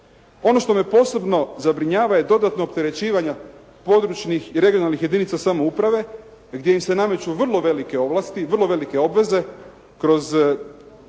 Ono što me posebno zabrinjava je dodatno opterećivanje područnih i regionalnih jedinica samouprave gdje im se nameću vrlo velike ovlasti,